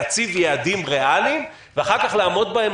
להציב יעדים ריאליים ואחר-כך לעמוד בהם,